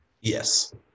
Yes